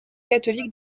catholiques